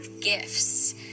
gifts